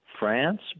France